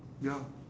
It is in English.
ya